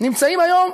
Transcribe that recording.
נמצאים היום,